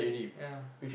ya